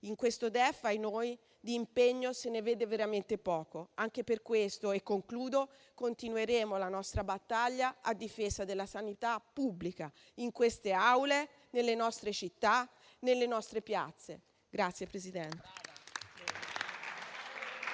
In questo DEF - ahinoi - di impegno se ne vede veramente poco. Anche per questo continueremo la nostra battaglia a difesa della sanità pubblica, in queste Aule, nelle nostre città e nelle nostre piazze.